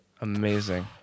Amazing